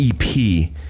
EP